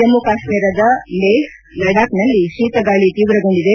ಜಮ್ನು ಕಾಶ್ಮೀರದ ಲೇಹ್ ಲಡಾಕ್ನಲ್ಲಿ ಶೀತಗಾಳಿ ತೀವ್ರಗೊಂಡಿದೆ